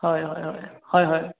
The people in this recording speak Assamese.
হয় হয় হয় হয় হয়